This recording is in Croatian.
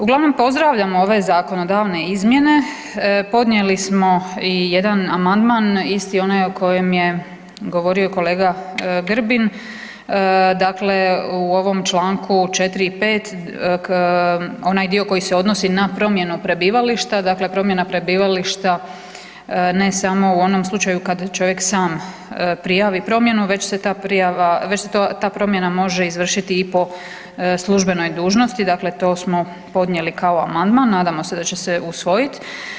Uglavnom, pozdravljam ove zakonodavne izmjene, podnijeli smo i jedan amandman, isti onaj o kojem je govorio i kolega Grbin, dakle u ovom čl. 4 i 5 onaj dio koji se odnosi na promjenu prebivališta, dakle promjena prebivališta, ne samo u onom slučaju kad čovjek sam prijavi promjenu već se ta prijava, već se ta promjena može izvršiti i po službenoj dužnosti, dakle to smo podnijeli kao amandman, nadamo se da će se usvojiti.